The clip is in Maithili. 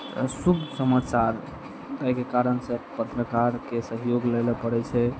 तऽ शुभ समाचार एहिके कारण सऽ पत्रकारके सहयोग लै लए पड़ै छै